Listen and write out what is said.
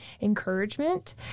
encouragement